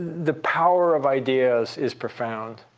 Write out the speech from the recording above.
the power of ideas is profound.